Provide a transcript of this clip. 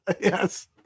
Yes